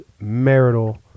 marital